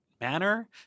manner